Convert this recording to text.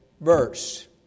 verse